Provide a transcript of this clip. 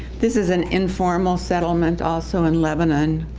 this is an informal settlement, also in lebanon,